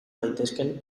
daitezkeen